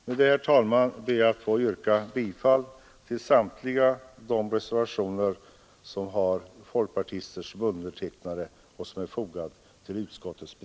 Med detta, herr talman, ber jag att få yrka bifall till samtliga reservationer som har folkpartister som undertecknare.